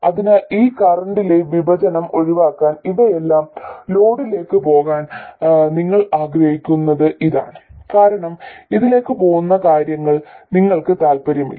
അതിനാൽ ഈ കറന്റ്ലെ വിഭജനം ഒഴിവാക്കാൻ ഇവയെല്ലാം ലോഡിലേക്ക് പോകാൻ നിങ്ങൾ ആഗ്രഹിക്കുന്നത് ഇതാണ് കാരണം ഇതിലേക്ക് പോകുന്ന കാര്യങ്ങളിൽ നിങ്ങൾക്ക് താൽപ്പര്യമില്ല